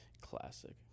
Classic